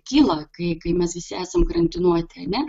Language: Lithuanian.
kyla kai kai mes visi esam karantinuoti ane